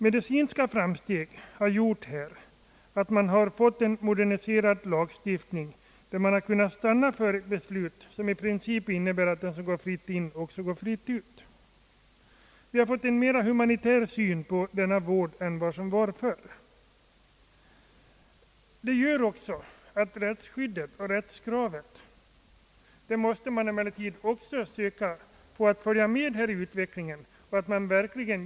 Medicinska framsteg har gjort att man har fått en moderniserad lagstiftning, där man kunnat stanna för ett beslut som i princip innebär att den som går fritt in också går fritt ut. Vi har fått en mer humanitär syn på denna vård än tidigare.